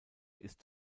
ist